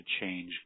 change